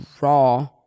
raw